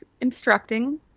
instructing